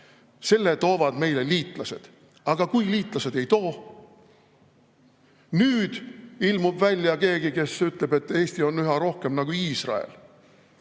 selle toovad meile liitlased. Aga kui liitlased ei too? Nüüd ilmub välja keegi, kes ütleb, et Eesti on üha rohkem nagu Iisrael.